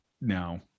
now